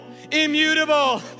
immutable